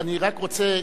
אני רק רוצה,